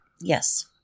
Yes